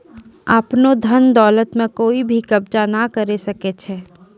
आपनो धन दौलत म कोइ भी कब्ज़ा नाय करै सकै छै